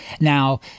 Now